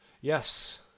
yes